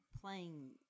playing